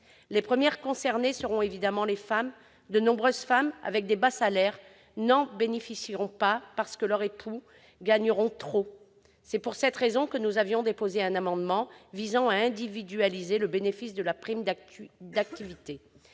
Les premières concernées seront évidemment les femmes. De nombreuses femmes recevant de bas salaires n'en bénéficieront pas, parce que leur époux gagne trop. C'est pourquoi nous avions déposé un amendement visant à individualiser le bénéfice de la prime d'activité,